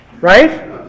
Right